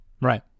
Right